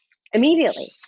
immediately.